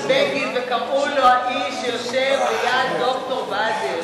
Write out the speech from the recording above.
בגין וקראו לו "האיש שיושב ליד ד"ר בדר".